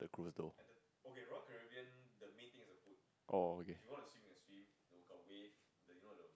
cruise though oh okay